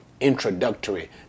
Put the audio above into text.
introductory